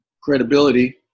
credibility